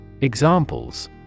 Examples